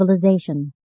civilization